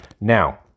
Now